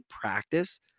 practice